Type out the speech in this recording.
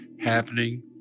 happening